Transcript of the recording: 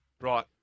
right